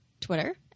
Twitter